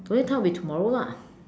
the only time will be tomorrow lah